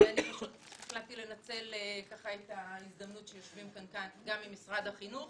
החלטתי לנצל את ההזדמנות שיושבים כאם נציגים גם ממשרד החינוך